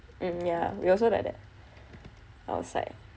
mm yah we also like that outside